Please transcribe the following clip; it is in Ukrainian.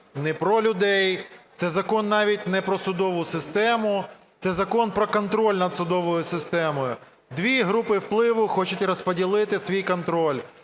не про людей, це закон навіть не про судову систему, це закон про контроль над судовою системою. Дві групи впливу хочуть розподілити свій контроль.